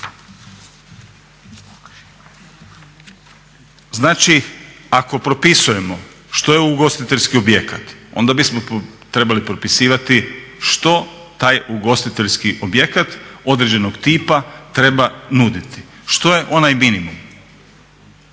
Znači ako propisujemo što je ugostiteljski objekt onda bismo trebali propisivati što taj ugostiteljski objekt određenog tipa treba nuditi, što je onaj minimum,